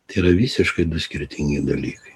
tai yra visiškai du skirtingi dalykai